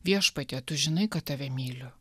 viešpatie tu žinai kad tave myliu